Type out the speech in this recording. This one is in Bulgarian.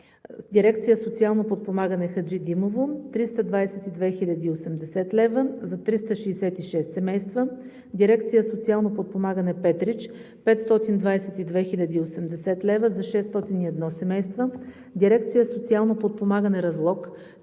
дирекция „Социално подпомагане“ – Хаджидимово – 322 хил. 080 лв. за 366 семейства; дирекция „Социално подпомагане“ – Петрич – 522 хил. 080 лв. за 601 семейства; дирекция „Социално подпомагане“ – Разлог –